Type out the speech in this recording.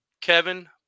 Kevin